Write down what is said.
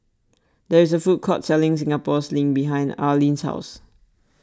there is a food court selling Singapore Sling behind Arlene's house